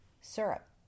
syrup